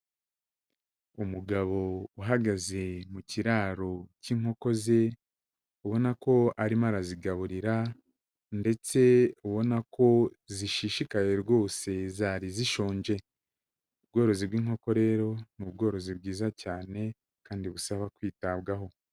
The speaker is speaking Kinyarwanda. Umugabo uhagaze mu kiraro cy'inkoko ze, ubona ko arimo arazigaburira ndetse ubona ko zishishikaye rwose zari zishonje. Ubworozi bw'inkoko rero ni ubworozi bwiza cyane kandi busaba kwitabwaho.